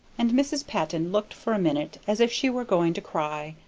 and mrs. patton looked for a minute as if she were going to cry,